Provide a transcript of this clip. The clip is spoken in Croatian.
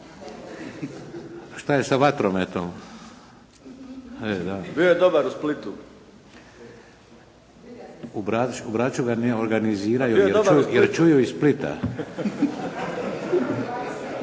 Šta je sa vatrometom? …/Upadica: Bio je dobar u Splitu./… U Braču ga ne organiziraju jer čuju iz Splita.